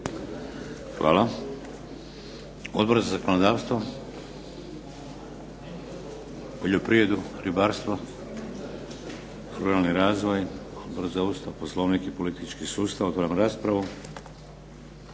Hvala. Odbor za zakonodavstvo, poljoprivredu, ribarstvo i ruralni razvoj, Odbor za Ustav, poslovnik i politički sustav, otvaram raspravu.